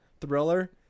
thriller